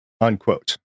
Unquote